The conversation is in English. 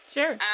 Sure